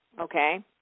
Okay